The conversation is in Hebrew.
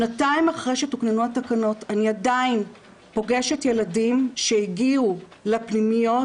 שנתיים אחרי שתוקננו התקנות אני עדיין פוגשת ילדים שהגיעו לפנימיות,